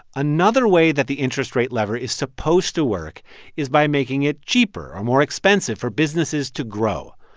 another way that the interest rate lever is supposed to work is by making it cheaper or more expensive for businesses to grow.